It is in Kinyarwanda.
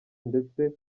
ndetse